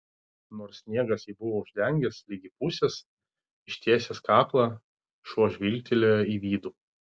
nors sniegas jį buvo uždengęs ligi pusės ištiesęs kaklą šuo žvilgtelėjo į vidų